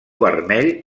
vermell